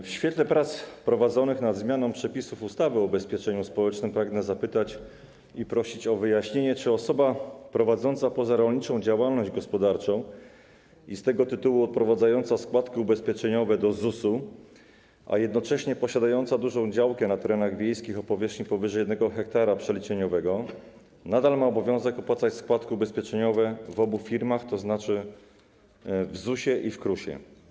W świetle prac prowadzonych nad zmianą przepisów ustawy o ubezpieczeniu społecznym pragnę zapytać, i prosić o wyjaśnienie, czy osoba prowadząca pozarolniczą działalność gospodarczą i z tego tytułu odprowadzająca składki ubezpieczeniowe do ZUS-u, a jednocześnie posiadająca dużą działkę na terenach wiejskich, o powierzchni powyżej 1 ha przeliczeniowego, nadal ma obowiązek opłacać składki ubezpieczeniowe w obu firmach, to znaczy w ZUS-ie i w KRUS-ie.